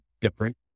different